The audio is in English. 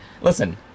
Listen